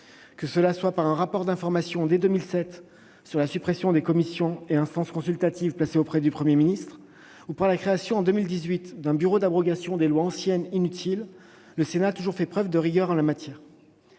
remise dès 2007 d'un rapport d'information sur la suppression des commissions et instances consultatives placées auprès du Premier ministre ou par la création en 2018 d'un « bureau d'abrogation des lois anciennes inutiles », le Sénat a toujours fait preuve d'une rigueur en la matière.